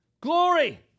Glory